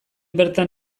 bertan